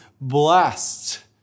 blessed